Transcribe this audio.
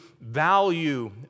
value